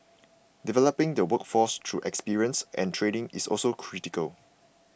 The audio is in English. developing the workforce through experience and training is also critical